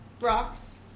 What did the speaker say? rocks